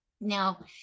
Now